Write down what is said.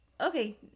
Okay